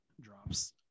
drops